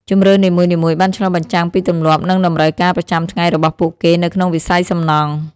ជម្រើសនីមួយៗបានឆ្លុះបញ្ចាំងពីទម្លាប់និងតម្រូវការប្រចាំថ្ងៃរបស់ពួកគេនៅក្នុងវិស័យសំណង់។